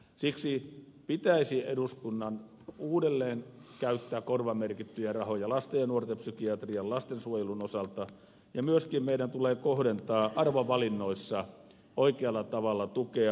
siksi eduskunnan pitäisi uudelleen käyttää korvamerkittyjä rahoja lasten ja nuorten psykiatrian lastensuojelun osalta ja myöskin meidän tulee kohdentaa arvovalinnoissa oikealla tavalla tukea